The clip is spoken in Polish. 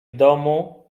domu